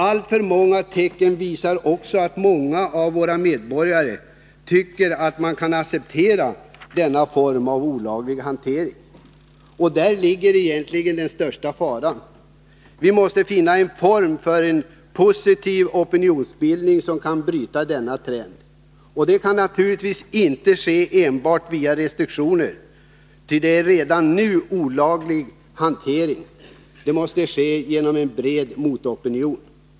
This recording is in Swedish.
Alltför många tecken visar att många av våra medborgare tycker att man kan acceptera denna form av olaglig hantering. Där ligger egentligen den största faran. Vi måste finna en form för en positiv opinionsbildning som kan bryta denna trend. Det kan naturligtvis inte ske enbart via restriktioner, ty det är redan nu en olaglig hantering. Det måste alltså ske via en bred motopinion.